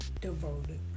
devoted